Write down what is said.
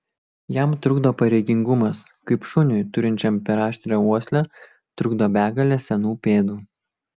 jam trukdo pareigingumas kaip šuniui turinčiam per aštrią uoslę trukdo begalė senų pėdų